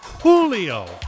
Julio